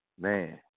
Man